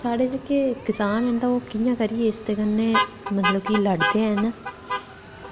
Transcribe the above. साढ़े जेह्के कसान न ते ओह् ओह् कि'यां करियै इसदे कन्नै मतलब कि लड़दे हैन